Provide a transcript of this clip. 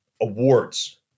awards